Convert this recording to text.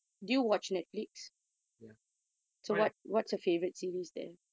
ya why